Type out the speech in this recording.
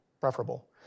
preferable